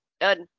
done